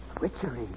Witchery